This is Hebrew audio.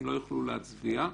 הם לא יוכלו להצביע.